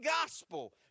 gospel